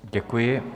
Děkuji.